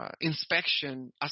inspection